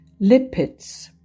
Lipids